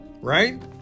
right